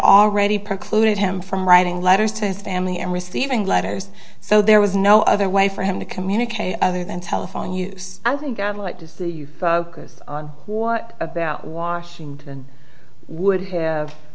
already precluded him from writing letters to his family and receiving letters so there was no other way for him to communicate other than telephone use i think i'd like to see you on what about washington would have